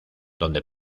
donde